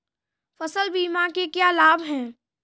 फसल बीमा के क्या लाभ हैं?